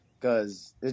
Cause